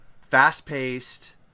fast-paced